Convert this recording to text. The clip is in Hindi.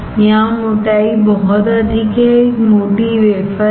यहाँ मोटाई बहुत अधिक है एक मोटी वेफरहै